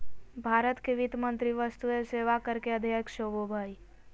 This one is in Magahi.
भारत के वित्त मंत्री वस्तु एवं सेवा कर के अध्यक्ष होबो हइ